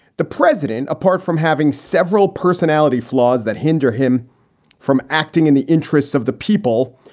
the president, apart from having several personality flaws that hinder him from acting in the interests of the people,